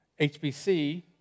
HBC